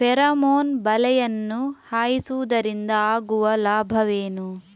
Pheromone ಬಲೆಯನ್ನು ಹಾಯಿಸುವುದರಿಂದ ಆಗುವ ಲಾಭವೇನು?